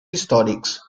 històrics